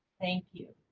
thank you